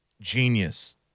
genius